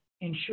ensure